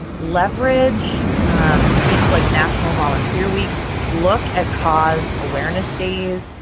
leverage things like national volunteer week. look at cause awareness days.